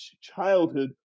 childhood